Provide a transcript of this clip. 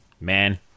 Man